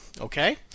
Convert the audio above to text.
okay